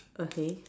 okay